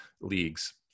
leagues